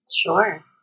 Sure